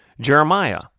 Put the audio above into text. Jeremiah